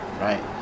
right